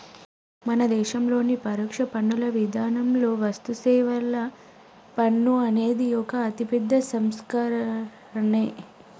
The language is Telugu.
మన దేశంలోని పరోక్ష పన్నుల విధానంలో వస్తుసేవల పన్ను అనేది ఒక అతిపెద్ద సంస్కరనే